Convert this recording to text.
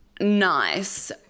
nice